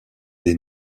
des